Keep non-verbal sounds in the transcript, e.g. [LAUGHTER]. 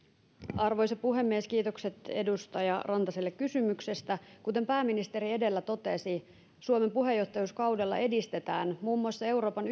arvoisa puhemies kiitokset edustaja rantaselle kysymyksestä kuten pääministeri edellä totesi suomen puheenjohtajuuskaudella edistetään muun muassa euroopan [UNINTELLIGIBLE]